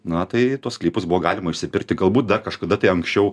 na tai tuos sklypus buvo galima išsipirkti galbūt dar kažkada tai anksčiau